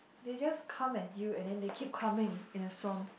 they just come at you and then they keep coming in a swamp